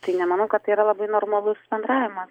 tai nemanau kad tai yra labai normalus bendravimas